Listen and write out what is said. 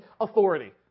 authority